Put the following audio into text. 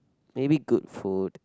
maybe good food